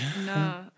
No